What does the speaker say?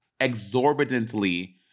exorbitantly